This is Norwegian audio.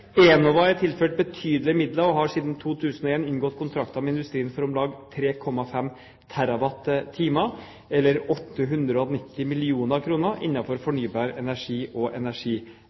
Enova er tilført betydelige midler og har siden 2001 inngått kontrakter med industrien for om lag 3,5 TWh, eller 890 mill. kr, innenfor fornybar energi og